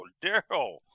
Daryl